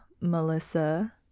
Melissa